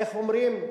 איך אומרים?